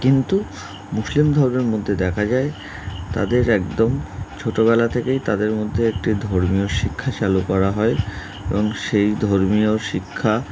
কিন্তু মুসলিম ধর্মের মধ্যে দেখা যায় তাদের একদম ছোটোবেলা থেকেই তাদের মধ্যে একটি ধর্মীয় শিক্ষা চালু করা হয় এবং সেই ধর্মীয় শিক্ষা